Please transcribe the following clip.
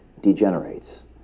degenerates